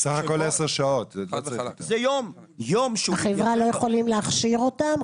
סך הכל עשר שעות --- החברה לא יכולים להכשיר אותם?